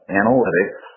analytics